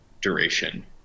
duration